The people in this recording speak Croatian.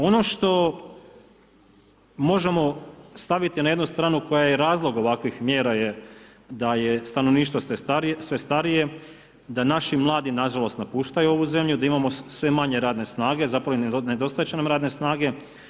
Ono što možemo staviti na jednu stranu koja je i razlog ovakvih mjera je da je stanovništvo sve starije, da naši mladi nažalost napuštaju ovu zemlju, da imamo sve manje radne snage a zapravo i nedostajati će nam radne snage.